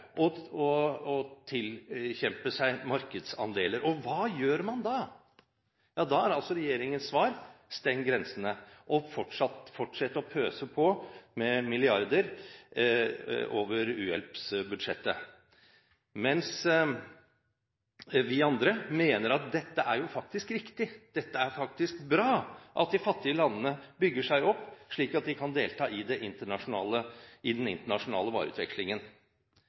Norge og andre og tilkjempe seg markedsandeler. Hva gjør man da? Ja, da er altså regjeringens svar å stenge grensene og fortsette å pøse på med milliarder over u-hjelpsbudsjettet, mens vi andre mener at dette er jo faktisk riktig, det er faktisk bra at de fattige landene bygger seg opp slik at de kan delta i den internasjonale vareutvekslingen.